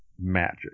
magic